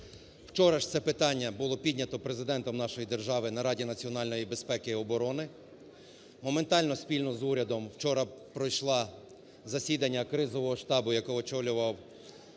Вчора ж це питання було піднято Президентом нашої держави на Раді національної безпеки і оборони. Моментально спільно з урядом вчора пройшло засідання кризового штабу, яке очолював